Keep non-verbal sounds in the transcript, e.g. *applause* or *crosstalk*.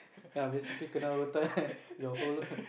ya basically kenna *laughs* your whole